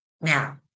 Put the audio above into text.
Now